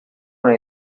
una